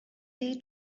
day